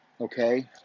okay